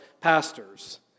pastors